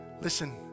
Listen